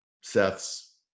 Seth's